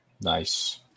Nice